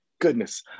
goodness